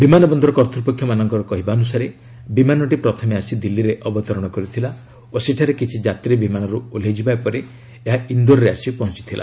ବିମାନବନ୍ଦର କର୍ତ୍ତ୍ୱପକ୍ଷମାନଙ୍କର କହିବା ଅନୁସାରେ ବିମାନଟି ପ୍ରଥମେ ଆସି ଦିଲ୍ଲୀରେ ଅବତରଣ କରିଥିଲା ଓ ସେଠାରେ କିଛି ଯାତ୍ରୀ ବିମାନରୁ ଓହ୍ଲାଇ ଯିବା ପରେ ଏହା ଇନ୍ଦୋରରେ ଆସି ପହଞ୍ଚଥିଲା